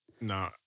no